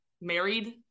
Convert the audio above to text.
married